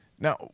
Now